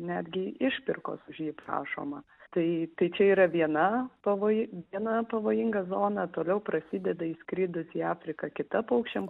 netgi išpirkos už jį prašoma tai tai čia yra viena pavoji viena pavojinga zona toliau prasideda įskridus į afriką kita paukščiam